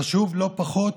חשוב לא פחות